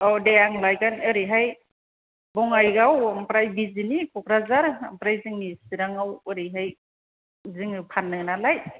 औ दे आं लायगोन ओरैहाय बङाइगाव ओमफ्राय बिजिनि क'क्राझार ओमफ्राय जोंनि सिराङाव ओरैहाय जोङो फान्नो नालाय